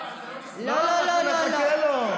לא, אנחנו בשבילו כאן.